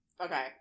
Okay